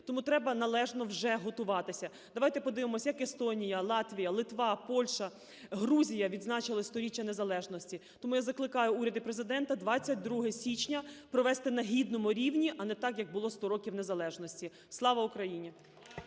Тому треба належно вже готуватися. Давайте подивимося, як Естонія, Латвія, Литва, Польща, Грузія відзначили 100-річчя незалежності. Тому я закликаю уряд і Президента 22 січня провести на гідному рівні, а не так, як було 100 років незалежності. Слава Україні!